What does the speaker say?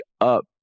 up